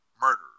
murder